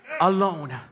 alone